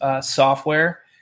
software